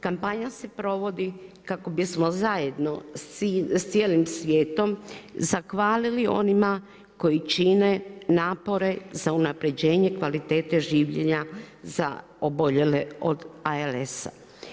Kampanja se provodi kako bi smo zajedno sa cijelim svijetom zahvalili onima koji čine napore za unapređenje kvalitete življenja za oboljele od ALS-a.